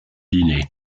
dîner